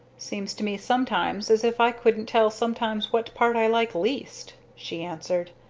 seems to me sometimes as if i couldn't tell sometimes what part i like least! she answered.